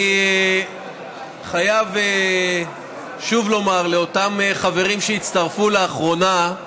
אני חייב שוב לומר, לאותם חברים שהצטרפו לאחרונה,